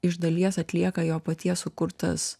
iš dalies atlieka jo paties sukurtas